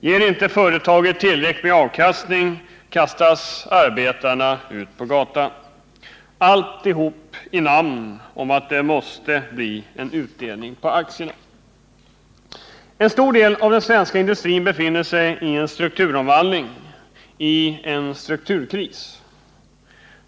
Ger inte företaget tillräcklig avkastning kastas arbetarna ut på gatan. Allt därför att det måste bli utdelning på aktierna. En stor del av den svenska industrin befinner sig i en strukturomvandling, i en strukturkris.